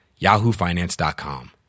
yahoofinance.com